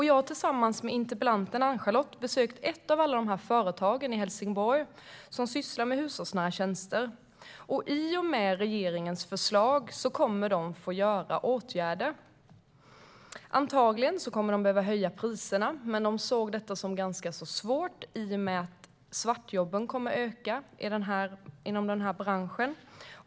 Jag har tillsammans med interpellanten AnnCharlotte besökt ett av alla de företag som sysslar med hushållsnära tjänster i Helsingborg. I och med regeringens förslag kommer de att få vidta åtgärder. Antagligen kommer de att behöva höja priserna, men de såg det som ganska svårt i och med att svartjobben kommer att öka i branschen.